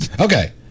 Okay